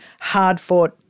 hard-fought